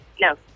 No